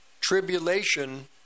tribulation